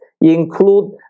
include